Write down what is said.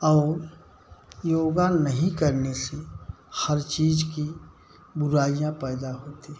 और योगा नहीं करने से हर चीज़ की बुराईयाँ पैदा होती हैं